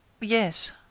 Yes